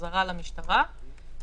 רק אמצעי משלים.